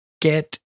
get